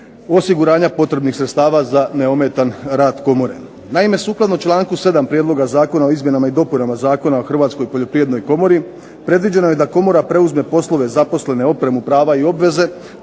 osiguranja potrebnih sredstava za neometan rad Komore. Naime, sukladno članku 7. Prijedloga zakona o izmjenama i dopunama Zakona o Hrvatskoj poljoprivrednoj komori, predviđeno je da Komora preuzme poslove zaposlene, opremu, prava i obveze